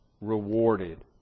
rewarded